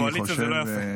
זה לא יפה.